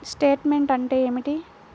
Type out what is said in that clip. Statement అంటే ఏమిటి?